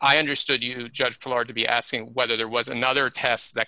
i understood you judge dillard to be asking whether there was another test that